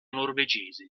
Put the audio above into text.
norvegese